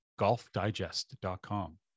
golfdigest.com